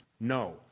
No